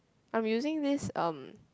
I'm using this um